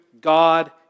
God